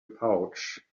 pouch